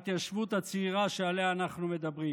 ולרבות ההתיישבות הצעירה שעליה אנחנו מדברים.